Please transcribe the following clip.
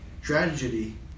Tragedy